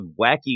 wacky